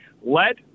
Let